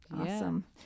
awesome